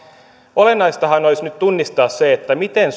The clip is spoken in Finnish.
olennaistahan olisi nyt tunnistaa se miten